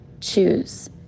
choose